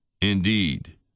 indeed